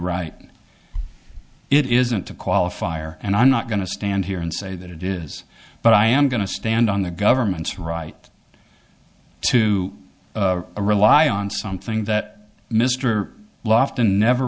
right it isn't a qualifier and i'm not going to stand here and say that it is but i am going to stand on the government's right to rely on something that mr lofton never